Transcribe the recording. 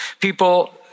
People